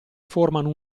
formano